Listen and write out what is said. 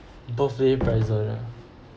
birthday present ah